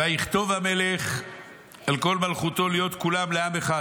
ויכתוב המלך אל כל מלכותו להיות כולם לעם אחד"